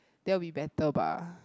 that would be better bah